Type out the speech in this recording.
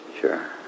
Sure